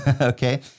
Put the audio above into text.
okay